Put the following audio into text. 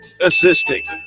assisting